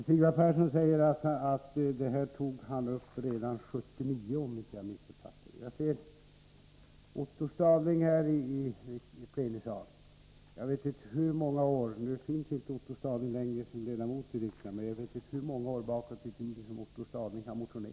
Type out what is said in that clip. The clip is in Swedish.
Herr talman! Sigvard Persson sade att han tog upp frågan redan år 1979. Nu ser jag att Otto Stadling är i plenisalen. Han är inte längre ledamot av riksdagen, men jag vet inte hur många år han motionerade i den här frågan.